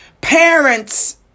Parents